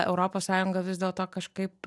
europos sąjunga vis dėlto kažkaip